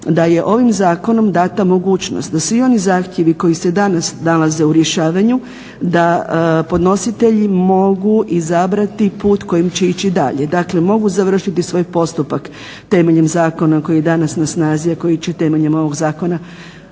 da je ovim zakonom dana mogućnost da svi oni zahtjevi koji se danas nalaze u rješavanju da podnositelji mogu izabrati put kojim će ići dalje. Dakle, mogu završiti svoj postupak temeljem zakona koji je danas na snazi, a koji će temeljem ovog zakona